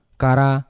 kara